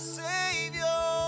savior